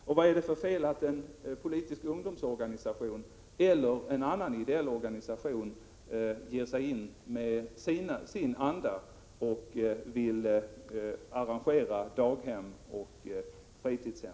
Och vad är det för fel i att en politisk ungdomsorganisation eller en annan ideell organisation går in med sin anda och arrangerar daghem och fritidshem?